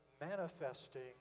manifesting